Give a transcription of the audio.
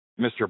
Mr